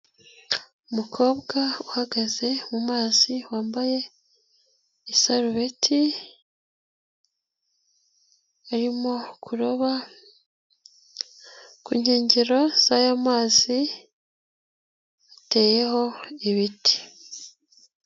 Umukobwa uhagaze mu mazi wambaye isarubeti arimo kuroba, ku nkengero z'aya mazi hateyeho ibiti.